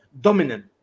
dominant